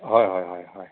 হয় হয় হয় হয়